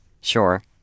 Sure